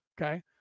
Okay